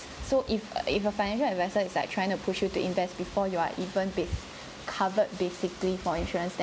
so if a if a financial advisor is like trying to push you to invest before you're even bit covered basically for insurance